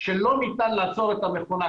שלא ניתן לעצור את המכונה,